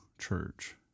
church